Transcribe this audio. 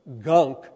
gunk